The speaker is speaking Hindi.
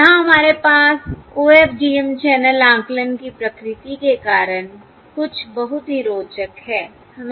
यहाँ हमारे पास OFDM चैनल आकलन की प्रकृति के कारण कुछ बहुत ही रोचक है